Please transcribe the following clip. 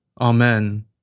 Amen